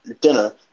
dinner